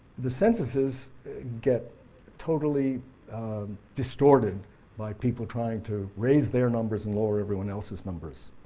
the censuses get totally distorted by people trying to raise their numbers and lower everyone else's numbers.